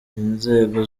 inzego